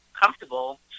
comfortable